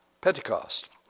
Pentecost